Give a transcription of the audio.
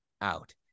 out